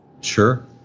Sure